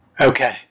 Okay